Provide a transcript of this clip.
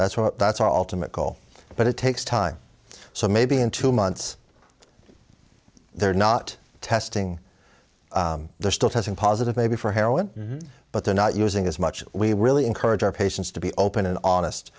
that's what that's all to mco but it takes time so maybe in two months they're not testing they're still testing positive maybe for heroin but they're not using as much we really encourage our patients to be open and honest